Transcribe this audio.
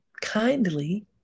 kindly